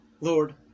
Lord